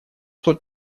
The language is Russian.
тут